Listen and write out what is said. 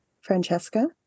francesca